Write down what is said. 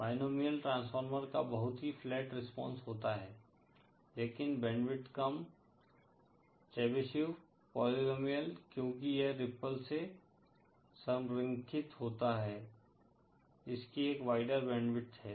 binomial transformer का बहुत ही फ्लैट रिस्पांस होता है लेकिन बैंडविड्थ कम चेबीशेव पोलीनोमिअल क्योंकि यह रिप्पल से संरेखित होता है इसकी एक वाईडर बैंडविड्थ है